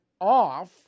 off